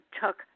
took